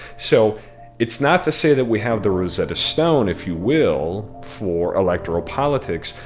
so it's not to say that we have the rosetta stone, if you will, for electoral politics,